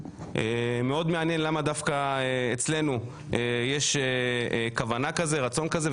מאוד מעניין למה דווקא אצלנו יש כוונה כזה רצון כזה,